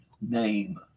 name